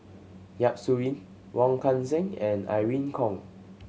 Yap Su Yin Wong Kan Seng and Irene Khong